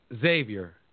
Xavier